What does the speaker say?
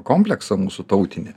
kompleksą mūsų tautinį